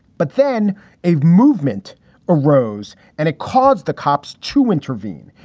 but then a movement arose and it caused the cops to intervene.